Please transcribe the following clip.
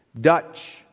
Dutch